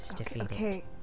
Okay